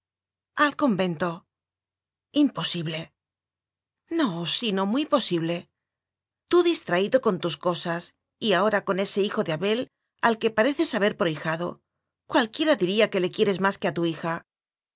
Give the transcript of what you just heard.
al convento imposible no sino muy posible tú distraído con tus cosas y ahora con ese hijo de abel al que pareces haber prohijado cualquiera diría que le quieres más que a tu hija